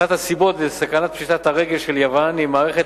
אחת הסיבות לסכנת פשיטת הרגל של יוון היא מערכת